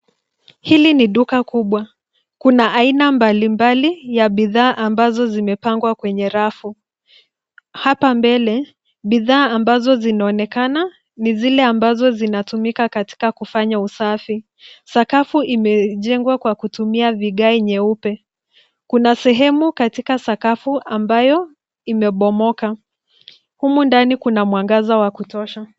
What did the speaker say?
Hili ni duka kubwa. Kuna aina mbalimbali ya bidhaa ambazo zimepangwa kwenye rafu. Hapa mbele bidhaa ambazo zinaonekana, ni zile ambazo zinatumika katika kufanya usafi. Sakafu imejengwa kwa kutumia vigae nyeupe. Kuna sehemu katika sakafu ambayo imebomoka. Humu ndani kuna mwangaza wa kutosha.